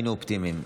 היינו אופטימיים.